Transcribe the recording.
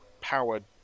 powered